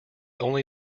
only